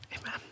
amen